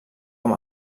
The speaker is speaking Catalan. amb